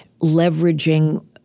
leveraging